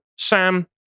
Sam